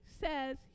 says